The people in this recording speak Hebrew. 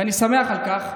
ואני שמח על כך,